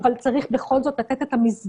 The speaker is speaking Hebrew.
אבל צריך בכל זאת לתת את המסגרת